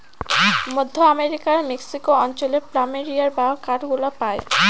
মধ্য আমেরিকার মেক্সিকো অঞ্চলে প্ল্যামেরিয়া বা কাঠগোলাপ পাই